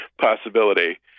possibility